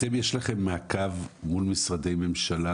יש מעקב מול משרדי ממשלה,